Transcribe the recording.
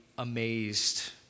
amazed